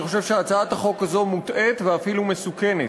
אני חושב שהצעת החוק הזאת מוטעית ואפילו מסוכנת.